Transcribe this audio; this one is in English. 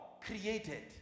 created